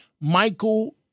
Michael